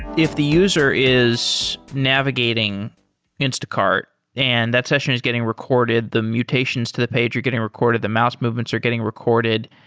if the user is navigating instacart and that session is getting recorded, the mutations to the page are getting recorded, the mouse movements are getting recorded.